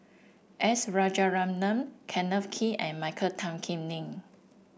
S Rajaratnam Kenneth Kee and Michael Tan Kim Nei